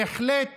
בהחלט